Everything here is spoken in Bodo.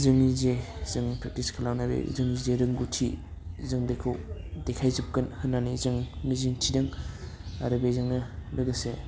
जोंनि जे जों प्रेकटिस खालामनाय बे जोंनि जे रोंगौथि जों बेखौ देखायजोबगोन होननानै जों मिजिंथिदों आरो बेजोंनो लोगोसे